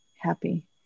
happy